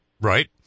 Right